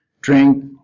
drink